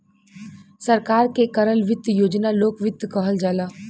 सरकार के करल वित्त योजना लोक वित्त कहल जाला